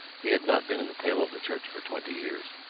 he had not been in the pale of the church for twenty years.